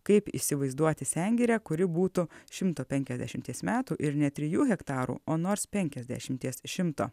kaip įsivaizduoti sengirę kuri būtų šimto penkiasdešimties metų ir ne trijų hektarų o nors penkiasdešimties šimto